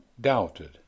doubted